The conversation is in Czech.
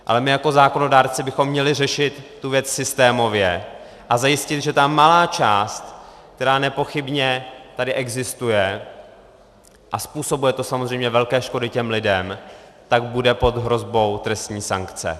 Ale my jako zákonodárci bychom měli tu věc řešit systémově a zajistit, že ta malá část, která nepochybně tady existuje, a způsobuje to samozřejmě velké škody těm lidem, bude pod hrozbou trestní sankce.